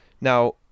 Now